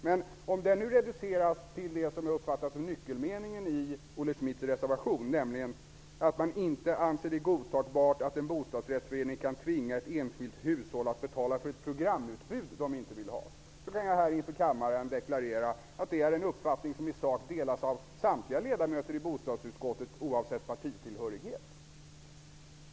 Men om diskussionen nu reduceras till det som jag uppfattar som nyckelmeningen i Olle Schmidts reservation, nämligen att man inte anser det godtagbart att en bostadsrättsförening kan tvinga ett enskilt hushåll att betala för ett programutbud som det inte vill ha, kan jag här inför kammaren deklarera att det är en uppfattning som i sak delas av samtliga ledamöter i bostadsutskottet, oavsett partitillhörighet.